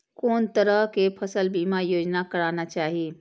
कोन तरह के फसल बीमा योजना कराना चाही?